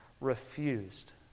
refused